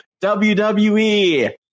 WWE